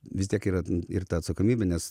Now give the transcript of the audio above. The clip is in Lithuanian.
vis tiek yra ir ta atsakomybė nes